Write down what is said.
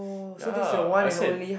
ya I said